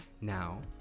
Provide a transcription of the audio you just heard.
Now